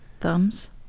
Thumbs